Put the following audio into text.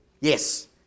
Yes